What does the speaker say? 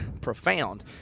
profound